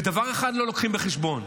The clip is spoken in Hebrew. ודבר אחד לא לוקחים בחשבון: